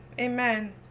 Amen